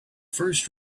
first